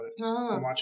No